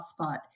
hotspot